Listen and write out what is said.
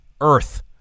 earth